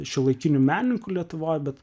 šiuolaikinių menininkų lietuvoj bet